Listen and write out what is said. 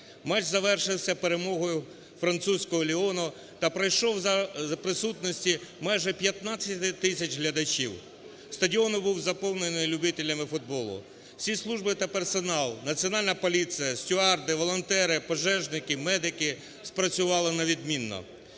Матч завершився перемогою французького"Ліону" та пройшов за присутності майже 15 тисяч глядачів. Стадіон був заповнений любителями футболу. Всі служби та персонал: Національна поліція, стюарди, волонтери, пожежники, медики – спрацювали на відмінно.